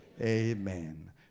Amen